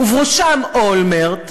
ובראשם אולמרט,